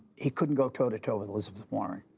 he couldn't go toe to toe with elizabeth warren.